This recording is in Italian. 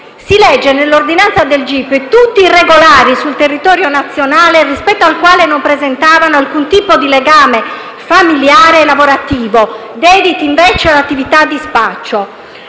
Si legge nell'ordinanza del GIP, che essi sono «tutti irregolari sul territorio nazionale rispetto al quale non presentano alcun tipo di legame familiare e lavorativo», ma sono dediti all'attività di spaccio.